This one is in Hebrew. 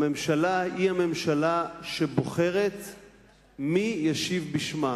הממשלה היא הממשלה שבוחרת מי ישיב בשמה,